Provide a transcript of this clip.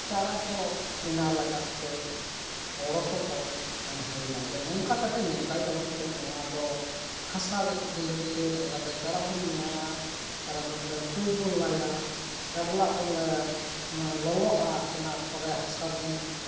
ᱪᱟᱨᱟ ᱠᱚ ᱵᱮᱱᱟᱣ ᱞᱟᱜᱟᱜ ᱛᱮ ᱜᱚᱲᱚ ᱥᱚᱯᱚᱦᱚᱫ ᱮᱢ ᱦᱩᱭᱮᱱᱟ ᱡᱮ ᱱᱚᱝᱠᱟ ᱠᱟᱛᱮᱫ ᱱᱚᱝᱠᱟᱭᱛᱟᱵᱚᱱ ᱯᱮ ᱟᱫᱚ ᱦᱟᱥᱟ ᱜᱩᱸᱰᱟᱹᱭᱯᱮ ᱱᱚᱝᱠᱟ ᱪᱟᱨᱟ ᱵᱚᱱ ᱵᱮᱱᱟᱣᱟ ᱪᱟᱨᱟ ᱵᱮᱱᱟᱣ ᱠᱟᱛᱮᱫ ᱰᱳᱵ ᱵᱚᱱ ᱞᱟᱭᱟ ᱜᱟᱰᱞᱟᱜ ᱵᱚᱱ ᱞᱟᱭᱟ ᱚᱱᱟ ᱞᱚᱞᱚᱜᱼᱟ ᱚᱱᱟ ᱯᱚᱨᱮ ᱦᱟᱥᱟ ᱵᱚᱱ